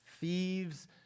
thieves